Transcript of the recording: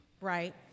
right